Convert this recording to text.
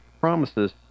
promises